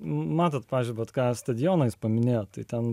matot pavyzdžiui ką stadionais paminėjote ten